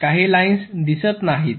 काही लाइन्स दिसत नाहीत